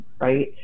right